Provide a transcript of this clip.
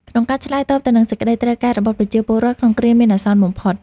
ក្នុងការឆ្លើយតបទៅនឹងសេចក្តីត្រូវការរបស់ប្រជាពលរដ្ឋក្នុងគ្រាមានអាសន្នបំផុត។